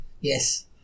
Yes